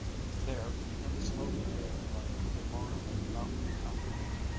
there, in the slowly fading light of the long mountain afternoon,